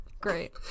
Great